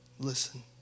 Listen